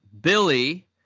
Billy